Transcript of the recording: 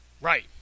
Right